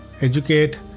educate